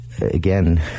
again